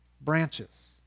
branches